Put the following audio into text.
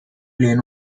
lane